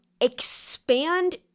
expand